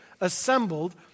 assembled